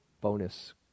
bonus